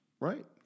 Right